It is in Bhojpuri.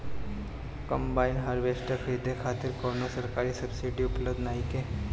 कंबाइन हार्वेस्टर खरीदे खातिर कउनो सरकारी सब्सीडी उपलब्ध नइखे?